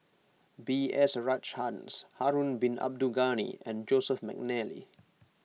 B S Rajhans Harun Bin Abdul Ghani and Joseph McNally